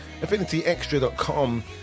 AffinityExtra.com